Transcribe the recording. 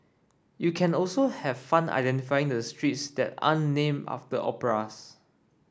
you can also have fun identifying the streets that aren't named after operas